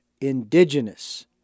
indigenous